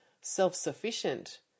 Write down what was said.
self-sufficient